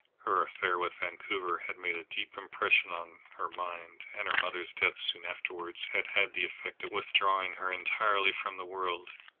her affair with vancouver had made a deep impression on her mind, and her mother's death soon afterwards had had the effect of withdrawing her entirely from the world.